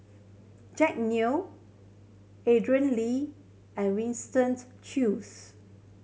Jack Neo Andrew Lee and Winstoned Choos